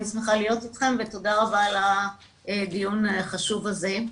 שמחה להיות איתכם ותודה רבה על הדיון החשוב הזה.